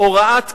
הוראת קבע,